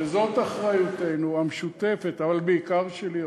וזאת אחריותנו המשותפת, אבל בעיקר שלי.